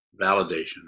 validation